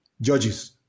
judges